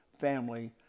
family